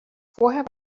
vorher